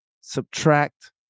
subtract